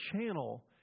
channel